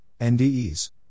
NDEs